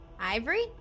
Ivory